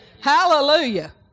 Hallelujah